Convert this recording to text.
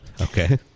Okay